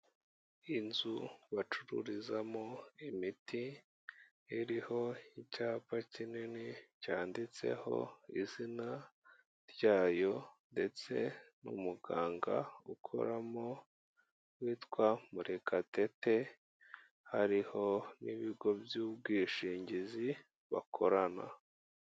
Inzu bacururizamo imiti, iriho icyapa kinini cyanditseho izina ryayo ndetse n'umuganga ukoramo witwa Murekatete, hariho n'ibigo by'ubwishingizi bakorana.